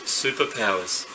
superpowers